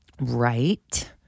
right